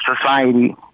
society